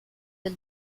del